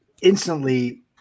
instantly